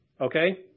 okay